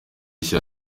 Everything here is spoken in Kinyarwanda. nshya